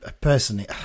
personally